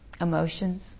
emotions